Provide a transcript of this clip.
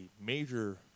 major